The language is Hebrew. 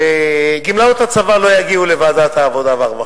שגמלאות הצבא לא יגיעו לוועדת העבודה והרווחה.